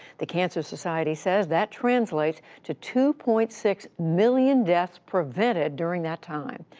the cancer society says that translates to two point six million deaths prevented during that time.